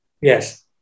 Yes